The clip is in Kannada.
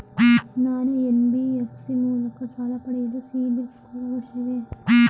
ನಾನು ಎನ್.ಬಿ.ಎಫ್.ಸಿ ಮೂಲಕ ಸಾಲ ಪಡೆಯಲು ಸಿಬಿಲ್ ಸ್ಕೋರ್ ಅವಶ್ಯವೇ?